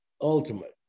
ultimate